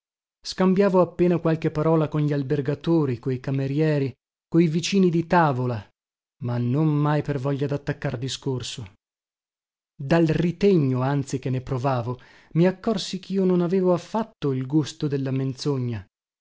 scambiavo appena qualche parola con gli albergatori coi camerieri coi vicini di tavola ma non mai per voglia dattaccar discorso dal ritegno anzi che ne provavo mi accorsi chio non avevo affatto il gusto della menzogna